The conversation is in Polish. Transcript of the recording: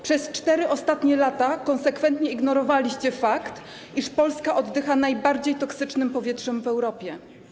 Przez ostatnie 4 lata konsekwentnie ignorowaliście fakt, iż Polska oddycha najbardziej toksycznym powietrzem w Europie.